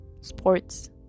sports